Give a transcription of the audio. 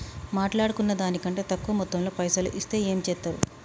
మాట్లాడుకున్న దాని కంటే తక్కువ మొత్తంలో పైసలు ఇస్తే ఏం చేత్తరు?